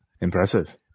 Impressive